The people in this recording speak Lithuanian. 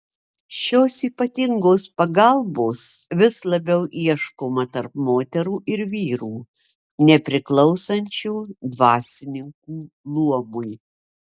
šios ypatingos pagalbos vis labiau ieškoma tarp moterų ir vyrų nepriklausančių dvasininkų luomui